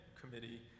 committee